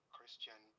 Christian